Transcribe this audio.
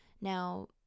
Now